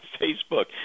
Facebook